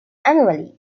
annually